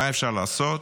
מה אפשר לעשות?